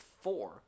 four